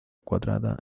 cuadrada